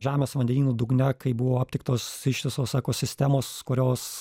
žemės vandenynų dugne kai buvo aptiktos ištisos ekosistemos kurios